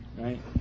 right